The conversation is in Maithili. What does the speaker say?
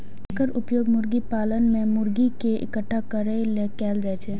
एकर उपयोग मुर्गी पालन मे मुर्गी कें इकट्ठा करै लेल कैल जाइ छै